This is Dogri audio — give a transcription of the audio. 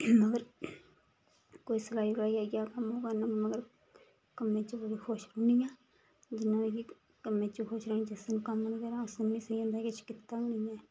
होर कोई सलाई कडाई आई गेआ कम्म ओह् करना मगर कम्में च बड़ी खुश रौह्नी आं जियां मिगी कम्मै च खुश रौह्न्नीं जिस दिन आ'ऊं कम्म नी करां ओस दिन मिगी सेही होंदा में किश कीता गै नी ऐ